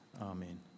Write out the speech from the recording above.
Amen